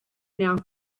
now